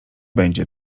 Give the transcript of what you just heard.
będzie